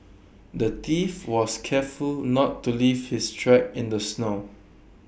the thief was careful not to leave his tracks in the snow